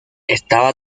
estaba